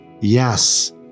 yes